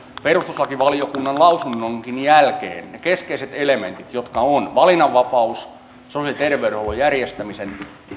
perustuslakivaliokunnan lausunnonkin jälkeen ne keskeiset elementit jotka ovat valinnanvapaus sosiaali ja tervey denhuollon järjestämisen